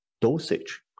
dosage